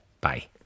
Bye